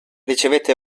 ricevette